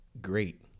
great